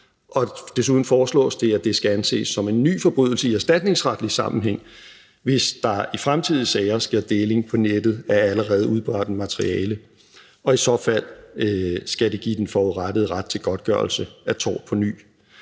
Desuden foreslås det, at det skal anses som en ny forbrydelse i erstatningsretlig sammenhæng, hvis der i fremtidige sager sker deling på nettet af allerede udbredt materiale. Og i så fald skal det give den forurettede ret til godtgørelse af tort påny.